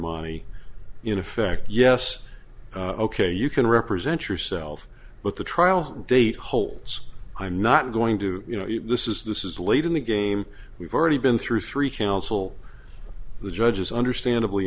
ramani in effect yes ok you can represent yourself but the trial date holds i'm not going to you know this is this is late in the game we've already been through three counsel the judge is understandably